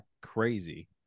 crazy